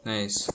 Nice